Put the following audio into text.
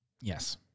Yes